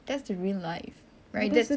that's the real life like this